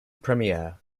premiere